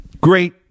Great